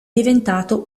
diventato